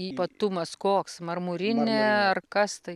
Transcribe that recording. ypatumas koks marmurinė ar kas tai